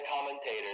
commentators